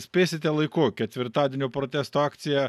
spėsite laiku ketvirtadienio protesto akcija